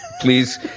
please